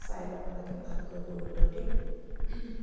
চাই ল'ব লাগে ভালকৈ গুৰুত্ব দি